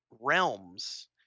realms